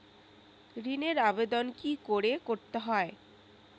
ঋণের আবেদন কি করে করতে হয়?